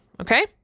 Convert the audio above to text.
Okay